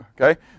Okay